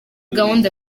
gahunda